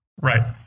Right